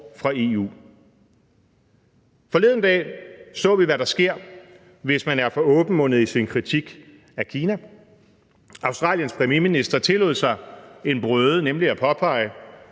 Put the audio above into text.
fra EU. Forleden dag så vi, hvad der sker, hvis man er for åbenmundet i sin kritik af Kina. Australiens premierminister tillod sig en brøde, nemlig at påpege,